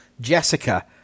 Jessica